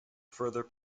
further